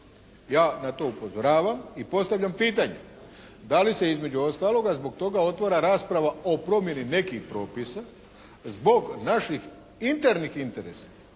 Ja na to upozoravam i postavljam pitanje, da li se između ostaloga zbog toga otvara rasprava o promjeni nekih propisa zbog naših internih interesa